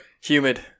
Humid